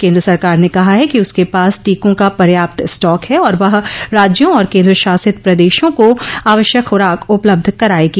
केंद्र सरकार ने कहा है कि उसके पास टीकों का पर्याप्त स्टॉक है और वह राज्यों और केंद्रशासित प्रदेशों को आवश्यक खुराक उपलब्ध कराएगी